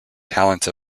talents